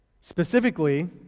Specifically